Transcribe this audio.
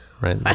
right